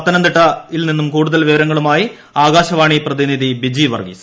പത്തനംതിട്ടനിന്നും കൂടുതൽ വിവരങ്ങളുമായി ആകാശവാണി പ്രതിനിധി ബിജി വർഗ്ഗീസ്